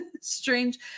strange